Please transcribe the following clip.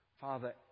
Father